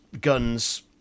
guns